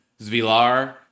Zvilar